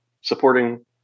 supporting